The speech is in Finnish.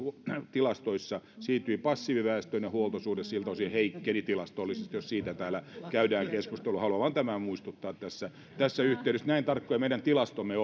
tilastoissa siirtyy passiiviväestöön ja huoltosuhde siltä osin heikkeni tilastollisesti jos siitä täällä käydään keskustelua haluan vain tämän muistuttaa tässä tässä yhteydessä näin tarkkoja meidän tilastomme